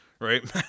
right